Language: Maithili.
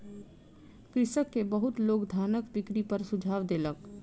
कृषक के बहुत लोक धानक बिक्री पर सुझाव देलक